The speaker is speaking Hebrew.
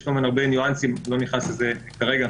יש כאן הרבה ניואנסים ואני לא נכנס לזה כרגע,